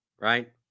Right